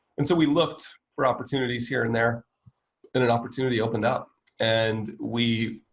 and so, we looked for opportunities here and there and an opportunity opened up and we,